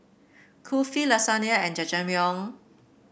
Kulfi Lasagna and Jajangmyeon